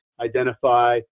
identify